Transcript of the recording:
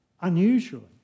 unusually